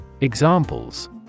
Examples